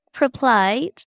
replied